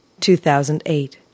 2008